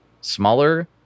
smaller